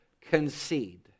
concede